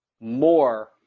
more